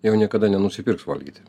jau niekada nenusipirks valgyti